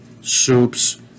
soups